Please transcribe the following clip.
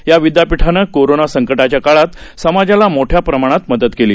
याविद्यापिठानंकोरोनासंकटाच्याकाळातसमाजालामोठ्याप्रमाणातमदतकेली